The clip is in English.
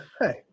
Hey